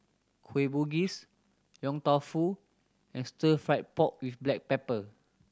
Kueh Bugis Yong Tau Foo and Stir Fried Pork With Black Pepper